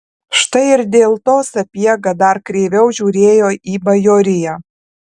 štai ir dėl to sapiega dar kreiviau žiūrėjo į bajoriją